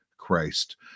christ